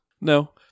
No